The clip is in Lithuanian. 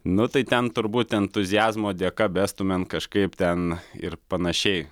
nu tai ten turbūt entuziazmo dėka bestumiant kažkaip ten ir panašiai